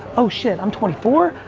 oh shit. i'm twenty four.